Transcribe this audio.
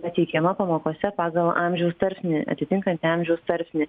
pateikiama pamokose pagal amžiaus tarpsnį atitinkantį amžiaus tarpsnį